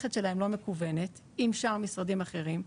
שהמערכת שלהם לא מקוונת עם שאר המשרדים האחרים,